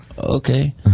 Okay